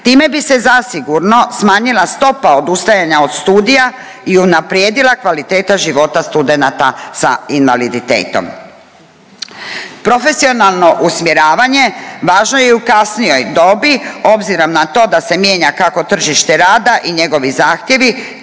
Time bi se zasigurno smanjila stopa odustajanja od studija i unaprijedila kvaliteta života studenata sa invaliditetom. Profesionalno usmjeravanje važno je i u kasnijoj dobi obzirom na to da se mijenja kako tržište rada i njegovi zahtjevi